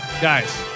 Guys